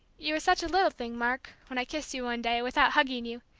you were such a little thing, mark, when i kissed you one day, without hugging you,